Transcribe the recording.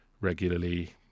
regularly